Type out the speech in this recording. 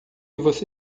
você